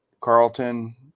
Carlton